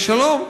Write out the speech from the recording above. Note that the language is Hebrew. שלום,